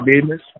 business